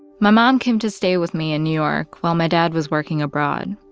my mom came to stay with me in new york while my dad was working abroad.